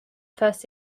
first